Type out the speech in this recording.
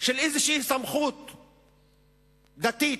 של איזו סמכות דתית.